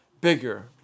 bigger